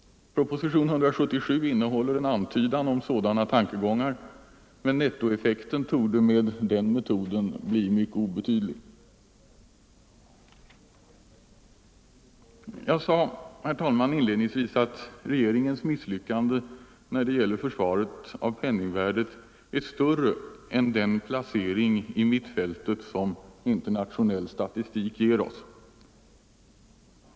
Propositionen 177 innehåller en antydan om sådana tankegångar, men nettoeffekten torde med den metoden bli mycket obetydlig. Jag sade, Herr talman, inledningsvis att regeringens misslyckande när det gäller försvaret av penningvärdet är större än vad som kanske framgår av den placering i mittfältet som internationell statistik ger oss.